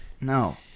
no